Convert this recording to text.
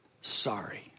sorry